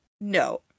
No